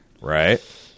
Right